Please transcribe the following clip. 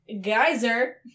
geyser